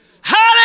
Hallelujah